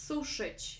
Suszyć